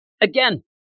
again